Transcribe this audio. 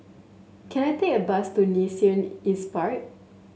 can I take a bus to Nee Soon East Park